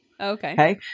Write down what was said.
Okay